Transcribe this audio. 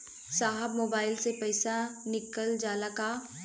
साहब मोबाइल से पैसा निकल जाला का?